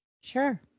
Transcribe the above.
sure